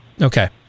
Okay